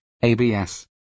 ABS